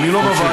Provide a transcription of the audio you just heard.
אני לא בוועדה,